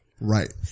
Right